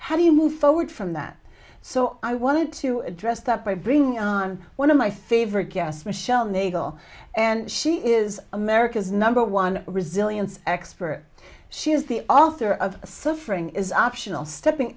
how do you move forward from that so i wanted to address that by bringing on one of my favorite guests michele nagle and she is america's number one resilience expert she is the author of suffering is optional stepping